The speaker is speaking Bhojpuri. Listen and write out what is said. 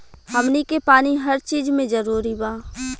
हमनी के पानी हर चिज मे जरूरी बा